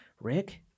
rick